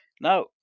Now